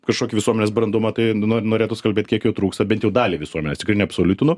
kažkokį visuomenės brandumą tai nor norėtųs kalbėt kiek jo trūksta bent jau daliai visuomenės tikrai neabsoliutinu